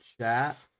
chat